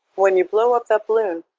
when you blow up that balloon,